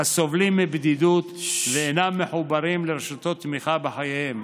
הסובלים מבדידות ואינם מחוברים לרשתות תמיכה בחייהם.